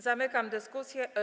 Zamykam dyskusję.